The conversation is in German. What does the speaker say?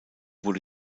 wurde